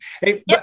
Hey